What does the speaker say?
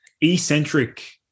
eccentric